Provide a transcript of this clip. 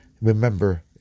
Remember